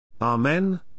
Amen